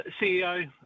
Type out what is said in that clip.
CEO